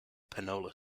panola